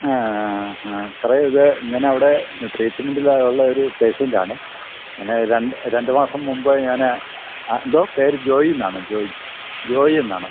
ആ സാറേ ഇത് ഞാനവിടെ ട്രീറ്റ്മെൻ്റിൽ ഉള്ള ഒരു പേഷ്യൻറ്റാണെ എന്നെ രണ്ട് രണ്ട് മാസം മുമ്പ് ഞാൻ ആ എന്തോ പേര് ജോയി എന്നാണ് ജോയി ജോയി എന്നാണ്